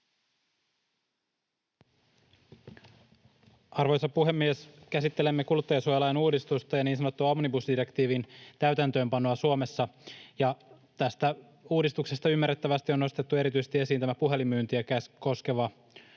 Arvoisa puhemies! Käsittelemme kuluttajansuojalain uudistusta ja niin sanotun omnibusdirektiivin täytäntöönpanoa Suomessa. Tästä uudistuksesta ymmärrettävästi on nostettu erityisesti esiin tämä puhelinmyyntiä koskeva muutos,